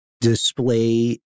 display